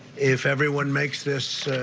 if everyone makes this